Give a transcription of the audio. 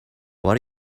what